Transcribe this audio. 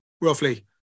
roughly